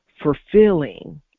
fulfilling